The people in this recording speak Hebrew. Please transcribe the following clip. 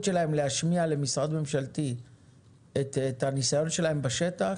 שלהם להשמיע למשרד ממשלתי את הניסיון שלהם בשטח